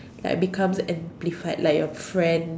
like becomes amplified like your friend